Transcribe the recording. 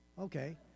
Okay